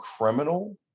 criminal